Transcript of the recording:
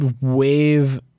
wave